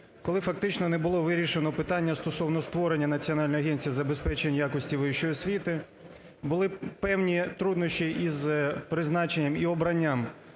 коли фактично не було вирішено питання стосовно створення Національної агенції з забезпечень якості вищої освіти. Були певні труднощі із призначенням і обранням